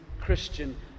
Christian